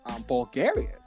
Bulgaria